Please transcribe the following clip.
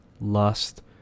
lust